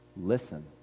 listen